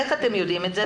איך אתם יודעים את זה?